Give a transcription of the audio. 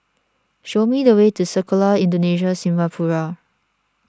show me the way to Sekolah Indonesia Singapura